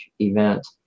event